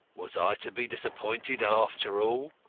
was i to be disappointed after all?